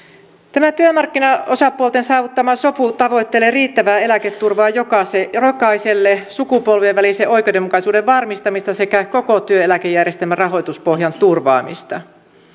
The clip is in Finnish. tämä työmarkkinaosapuolten saavuttama sopu tavoittelee riittävää eläketurvaa jokaiselle sukupolvien välisen oikeudenmukaisuuden varmistamista sekä koko työeläkejärjestelmän rahoituspohjan turvaamista